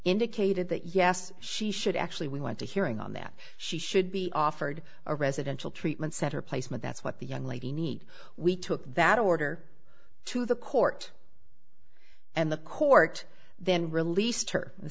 indicated that yes she should actually we went to hearing on that she should be offered a residential treatment center placement that's what the young lady need we took that order to the court and the court then released